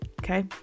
okay